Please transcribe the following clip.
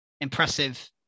impressive